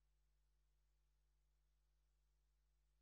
חברות וחברי הכנסת,